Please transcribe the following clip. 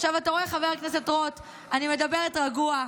עכשיו אתה רואה, חבר הכנסת רוט, אני מדברת רגוע,